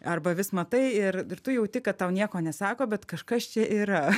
arba vis matai ir ir tu jauti kad tau nieko nesako bet kažkas čia yra